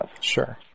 Sure